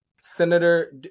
senator